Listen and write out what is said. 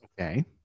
Okay